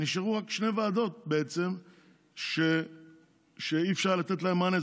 נשארו רק עוד שתי ועדות שאי-אפשר לתת מענה,